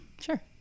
Sure